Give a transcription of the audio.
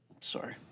Sorry